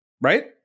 Right